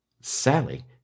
Sally